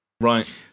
Right